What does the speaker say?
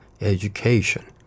education